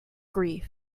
grief